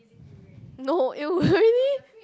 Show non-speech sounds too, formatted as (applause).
no it was really (laughs)